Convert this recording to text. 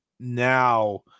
now